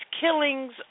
killings